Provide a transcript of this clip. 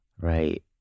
right